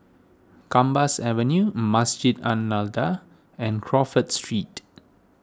Gambas Avenue Masjid An Nahdhah and Crawford Street